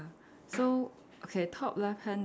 so okay top left hand